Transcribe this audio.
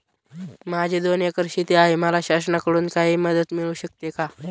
माझी दोन एकर शेती आहे, मला शासनाकडून काही मदत मिळू शकते का?